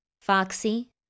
Foxy